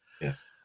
Yes